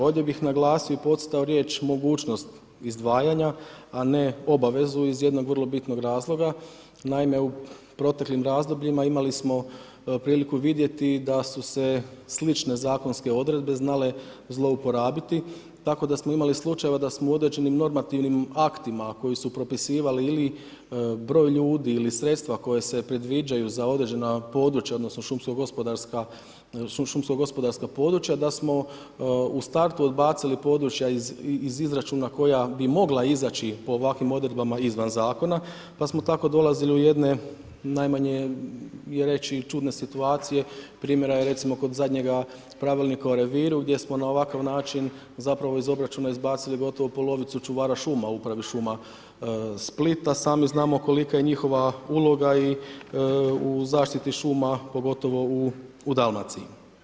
Ovdje bi naglasio i podcrtao riječ mogućnost izdvajanja, a ne obavezu iz jednog vrlo bitnog razloga, naime, u proteklim razdobljima, imali smo priliku vidjeti da su se slične zakonske odredbe znale zlouporabiti, tako da smo imali slučajeva da smo u određenim normativnim aktima koji su propisivali ili broj ljudi ili sredstva koje se predviđaju za određena područja, odnosno, šumsko gospodarska područja, da smo u startu odbacili područja iz i iz izračuna koja bi mogla izaći ovakvim odredbama izvan zakona pa smo tako dolazili u jedne najmanje je reći, čudne situacije primjera je recimo kod zadnjega pravilnika o reviru gdje smo na ovakav način iz obračuna izbacili gotovo polovicu čuvara šuma u upravi šuma Splita a sami znamo koliko je njihova uloga u zaštiti šuma pogotovo u Dalmaciji.